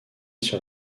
sur